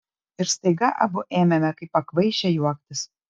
ir staiga abu ėmėme kaip pakvaišę juoktis